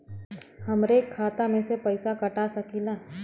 हमरे खाता में से पैसा कटा सकी ला?